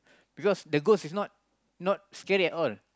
because the ghost is not not scary at all